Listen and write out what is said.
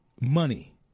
money